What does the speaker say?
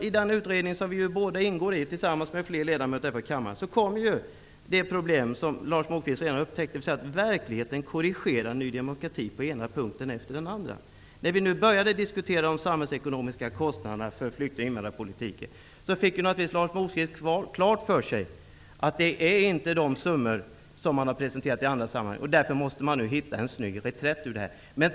I den utredning som vi båda, tillsammans med flera ledamöter här i kammaren, ingår i upptäckte Lars Moquist att verkligheten korrigerar Ny demokrati på den ena punkten efter den andra. När vi började diskutera de samhällsekonomiska kostnaderna för flykting och invandrarpolitiken fick Lars Moquist klart för sig att de summor som Ny demokrati har presenterat i andra sammanhang inte stämmer. Av den anledningen måste partiet nu hitta en snygg reträtt.